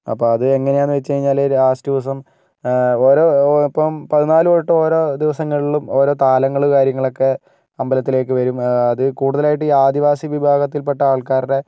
അപ്പം അത് എങ്ങനെയാണെന്ന് വെച്ചുകഴിഞ്ഞാൽ ലാസ്റ്റ് ദിവസം ഓരോ ഇപ്പം പതിനാല് തൊട്ട് ഓരോ ദിവസങ്ങളിലും ഓരോ താലങ്ങളും കാര്യങ്ങളൊക്കേ അമ്പലത്തിലേക്ക് വരും അത് കൂടുതലായിട്ട് ആദിവാസി വിഭാഗത്തിൽപ്പെട്ട ആൾക്കാരുടെ